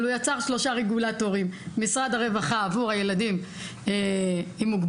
אבל הוא יצר שלושה רגולטורים משרד הרווחה עבור הילדים עם מוגבלויות,